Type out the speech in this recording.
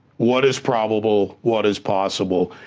what is probable, what is possible,